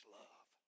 love